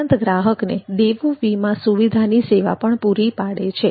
ઉપરાંત ગ્રાહકને દેવું વીમા સુવિધાની સેવા પણ પૂરી પાડે છે